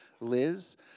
Liz